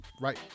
right